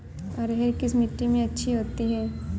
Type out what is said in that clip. अरहर किस मिट्टी में अच्छी होती है?